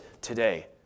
today